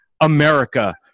America